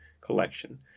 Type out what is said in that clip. collection